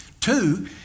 Two